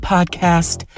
Podcast